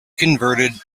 converted